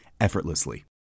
effortlessly